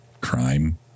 crime